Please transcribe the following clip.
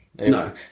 No